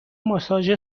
ماساژ